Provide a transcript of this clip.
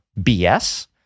BS